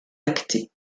lactée